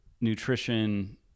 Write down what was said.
nutrition